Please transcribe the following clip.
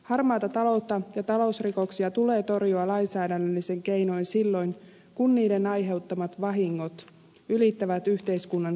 harmaata taloutta ja talousrikoksia tulee torjua lainsäädännöllisin keinoin silloin kun niiden aiheuttamat vahingot ylittävät yhteiskunnan kipukynnyksen